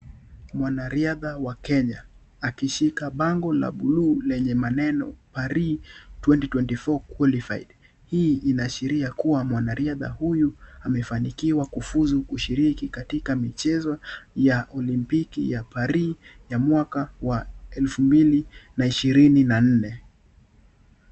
Mwanariadha wa Kenya akishikilia bango la bluu lenye maneno (CS) Paris 2024 qualified (CS)hizi inaashiria kubwa mwanariadha huyu amefuzu kushiriki katika michezo ya olimpiki ya parii ya mwaka wa 2024.